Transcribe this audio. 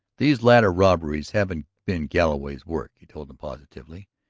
these later robberies haven't been galloway's work, he told them positively.